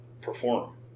perform